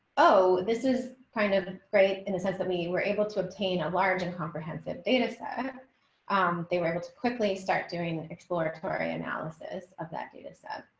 oh, this is kind of and great and it says that we were able to obtain a large and comprehensive data set and um they were able to quickly start doing exploratory analysis of that data stuff.